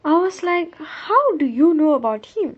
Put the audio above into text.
I was like how do you know about him